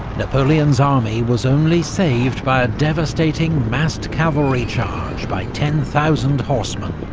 napoleon's army was only saved by a devastating, massed cavalry charge by ten thousand horsemen,